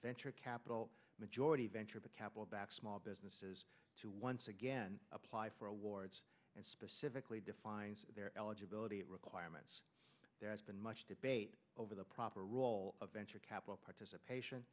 venture capital majority venture capital back small businesses to once again apply for awards and specifically define their eligibility requirements there has been much debate over the proper role of venture capital participation